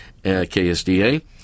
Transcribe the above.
KSDA